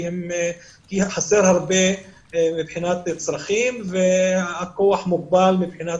כי חסר הרבה מבחינת צרכים וכוח האדם מוגבל,